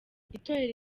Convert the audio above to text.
itorero